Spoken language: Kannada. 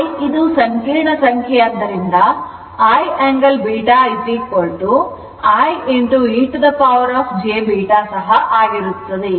I ಇದು ಸಂಕೀರ್ಣ ಸಂಖ್ಯೆ ಆಗಿದ್ದರಿಂದ I angle β I e to the power j β ಆಗಿರುತ್ತದೆ